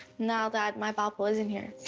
now that my papo isn't here.